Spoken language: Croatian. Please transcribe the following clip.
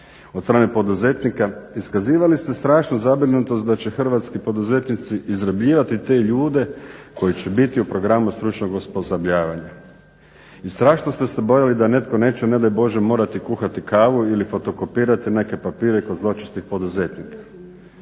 od strane poduzetnika, iskazivali ste strašnu zabrinutost da će hrvatski poduzetnici izrabljivati te ljude koji će biti u programu stručnog osposobljavanja i strašno ste se bojali da netko neće ne daj Bože morati kuhati kavu ili fotokopirati neke papire kod zločestih poduzetnika.